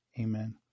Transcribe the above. Amen